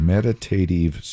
Meditative